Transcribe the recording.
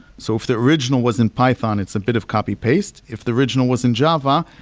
so if the original was in python, it's a bit of copy-paste. if the original was in java,